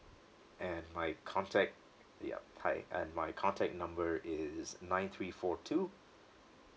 and my contact yup hi and my contact number is nine three four two